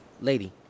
Lady